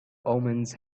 omens